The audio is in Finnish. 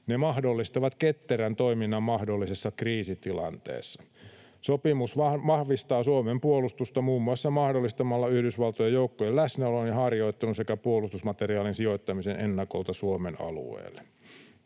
Ne mahdollistavat ketterän toiminnan mahdollisessa kriisitilanteessa. Sopimus vahvistaa Suomen puolustusta muun muassa mahdollistamalla Yhdysvaltojen joukkojen läsnäolon ja harjoittelun sekä puolustusmateriaalin sijoittamisen ennakolta Suomen alueelle.